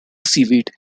seaweed